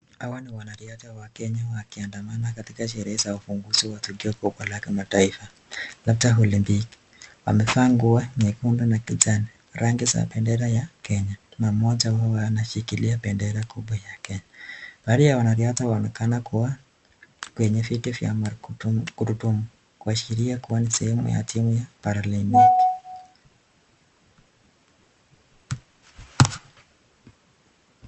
Hawa ni wanariadha wa Kenya wakiandamana katika sherehe la ufunguzi wa michezo ya kimataifa. Wamevaa nguo za nyekundu na kijani rangi za bendera ya Kenya. Baadhi ya wanariadha wanaonekana kua kwenye viti za magurudumu kuonyesha kua wako kwenye timu ya paralympics .